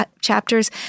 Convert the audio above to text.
chapters